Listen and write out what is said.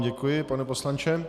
Děkuji vám, pane poslanče.